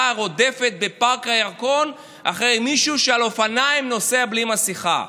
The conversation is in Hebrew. רודפת בפארק הירקון אחרי מישהו שנוסע על אופניים בלי מסכה.